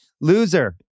Loser